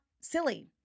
silly